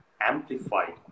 amplified